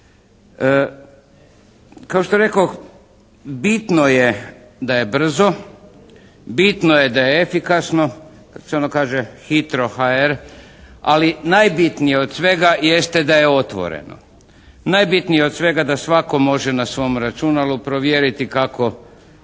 Kao što rekoh, bitno je da je brzo, bitno je da je efikasno, kao što se ono kaže HITRO.HR, ali najbitnije od svega jeste da je otvoreno. Najbitnije od svega da svatko može na svom računalu provjeriti kako, koji